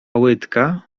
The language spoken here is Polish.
łydka